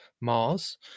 Mars